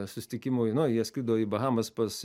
susitikimui nu jie skrido į bahamas pas